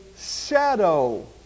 shadow